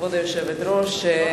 כבוד היושבת-ראש,